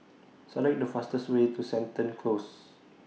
Select The fastest Way to Seton Close